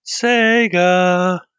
Sega